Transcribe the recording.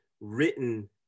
written